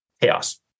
chaos